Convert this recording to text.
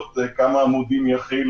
אז גם את זה צריך לקחת